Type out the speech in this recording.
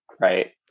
right